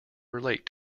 relate